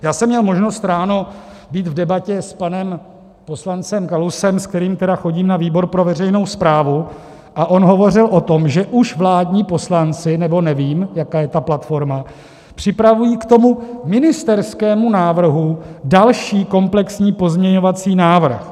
Já jsem měl možnost ráno být v debatě s panem poslancem Kalousem, s kterým tedy chodím na výbor pro veřejnou správu, a on hovořil o tom, že už vládní poslanci nebo nevím, jaká je ta platforma připravují k tomu ministerskému návrhu další komplexní pozměňovací návrh.